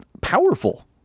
powerful